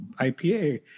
IPA